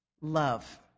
love